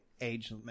age